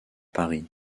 paris